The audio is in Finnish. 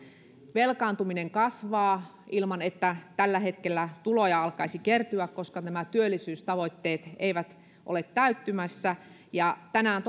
velkaantuminen kasvaa ilman että tällä hetkellä tuloja alkaisi kertyä koska työllisyystavoitteet eivät ole täyttymässä tänään